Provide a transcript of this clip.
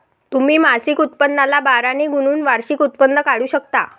तुम्ही मासिक उत्पन्नाला बारा ने गुणून वार्षिक उत्पन्न काढू शकता